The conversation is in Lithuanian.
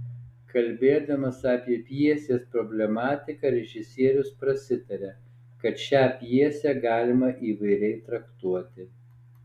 kalbėdamas apie pjesės problematiką režisierius prasitaria kad šią pjesę galima įvairiai traktuoti